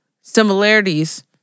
similarities